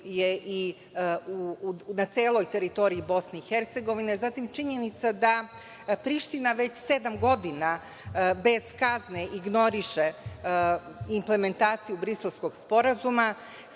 na celoj teritoriji BiH, zatim i činjenica da Priština već sedam godina bez kazne ignoriše implementaciju Briselskog sporazuma.